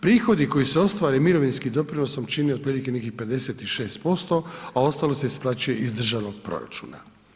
Prihodi koji se ostvare mirovinskim doprinosom čine otprilike nekih 56%, a ostalo se isplaćuje iz državnog proračuna.